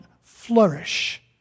flourish